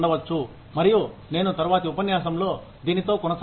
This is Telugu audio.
మరియు నేను తరువాతి ఉపన్యాసంలో దీనితో కొనసాగుతాను